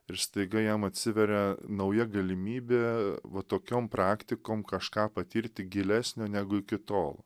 ir staiga jam atsiveria nauja galimybė va tokiom praktikom kažką patirti gilesnio negu iki tol